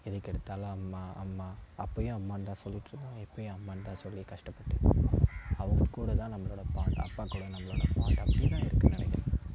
எதுக்கெடுத்தாலும் அம்மா அம்மா அப்பாயும் அம்மான் தான் சொல்லிகிட்டு இருந்தோம் இப்போயும் அம்மான் தான் சொல்லி கஷ்டப்பட்டிருக்கோம் அவங்க கூட தான் நம்மளோடய பாண்டு அப்பாக்கூட நம்மளோடய பாண்டு அப்படி தான் இருக்குதுன்னு நினக்கிறேன்